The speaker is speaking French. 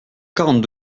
quarante